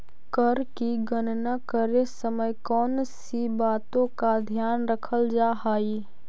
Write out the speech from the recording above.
कर की गणना करे समय कौनसी बातों का ध्यान रखल जा हाई